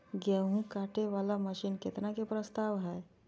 गेहूँ काटे वाला मशीन केतना के प्रस्ताव हय?